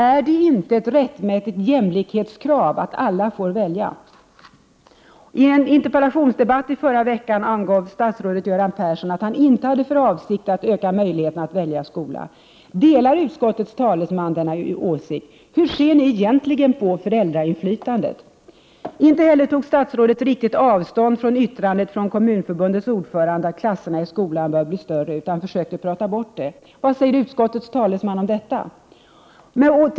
Är det inte ett rättmätigt jämlikhetskrav att alla får välja? I en interpellationsdebatt i förra veckan angav statsrådet Göran Persson att han inte hade för avsikt att öka möjligheterna att välja skola. Delar utskottets talesman denna åsikt? Hur ser ni socialdemokrater egentligen på föräldrainflytandet? Inte heller tog han riktigt avstånd från yttrandet från Kommunförbundets ordförande att klasserna i skolan bör bli större utan försökte prata bort det. Vad säger utskottets talesman om detta?